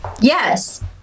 Yes